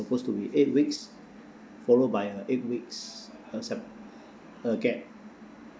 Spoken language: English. supposed to be eight weeks followed by a eight weeks uh cep~ uh gap